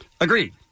Agreed